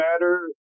matter